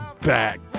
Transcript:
back